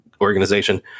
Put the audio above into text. organization